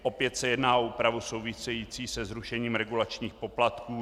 Opět se jedná o úpravu související se zrušením regulačních poplatků.